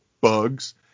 bugs